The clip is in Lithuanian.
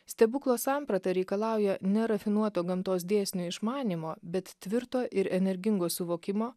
stebuklo samprata reikalauja nerafinuoto gamtos dėsnio išmanymo bet tvirto ir energingo suvokimo